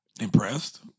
Impressed